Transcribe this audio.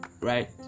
right